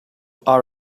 are